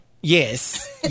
Yes